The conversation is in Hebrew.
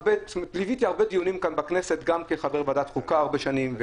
ליוויתי הרבה דיונים כאן בכנסת גם כחבר ועדת החוקה הרבה שנים,